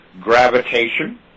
Gravitation